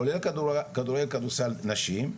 כולל כדורגל וכדורסל נשים,